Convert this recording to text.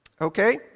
Okay